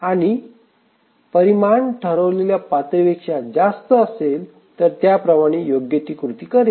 आणि परिमाण ठरविलेल्या पातळीपेक्षा जास्त असेल तर त्याप्रमाणे योग्य ती कृती करेल